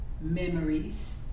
memories